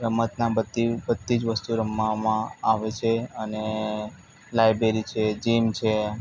રમતના બધી બધી જ વસ્તુઓ રમવામાં આવે છે અને લાઇબેરી છે જિમ છે